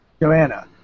Joanna